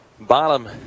Bottom